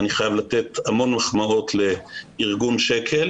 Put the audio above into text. אני חייב לתת המון מחמאות לארגון שק"ל,